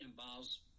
involves